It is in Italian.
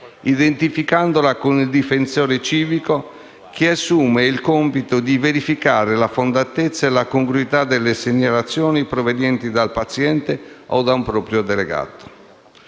identificandola con il difensore civico, che assume il compito di verificare la fondatezza e la congruità delle segnalazioni provenienti dal paziente o da un proprio delegato.